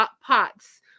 pots